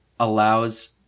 Allows